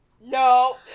No